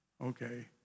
okay